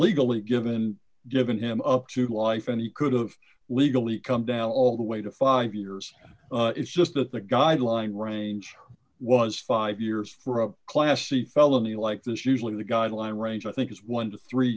legally given given him up to life and he could have legally come down all the way to five years it's just that the guideline range was five years for a class c felony like this usually the guideline range i think is one to three